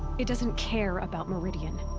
it doesn't care about meridian.